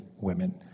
women